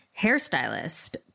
hairstylist